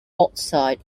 oxide